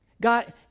God